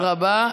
תודה רבה.